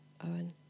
Owen